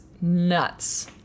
nuts